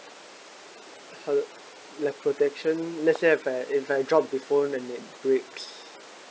ha~ the protection let's say if I if I drop the phone then it breaks